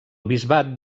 bisbat